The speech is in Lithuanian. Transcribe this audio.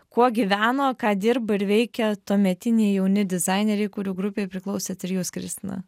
kuo gyveno ką dirbo ir veikė tuometiniai jauni dizaineriai kurių grupei priklausėt ir jūs kristina